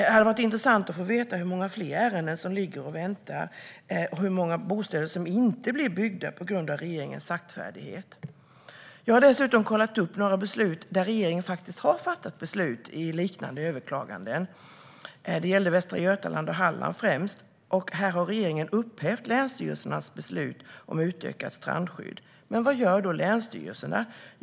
Det hade varit intressant att få veta hur många fler ärenden som ligger och väntar och hur många bostäder som inte blir byggda på grund av regeringens saktfärdighet. Jag har kollat upp några liknande överklaganden där regeringen har fattat beslut. Det gällde främst Västra Götaland och Halland. I de fallen har regeringen upphävt länsstyrelsernas beslut om utökat strandskydd. Men vad gör då länsstyrelserna?